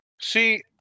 See